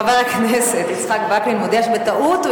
חבר הכנסת יצחק וקנין מודיע שבטעות הוא